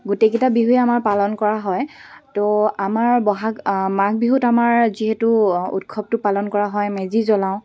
গোটেইকেইটা বিহুৱে আমাৰ পালন কৰা হয় তো আমাৰ বহাগ মাঘ বিহুত আমাৰ যিহেতু উৎসৱটো পালন কৰা হয় মেজি জ্বলাওঁ